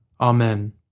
Amen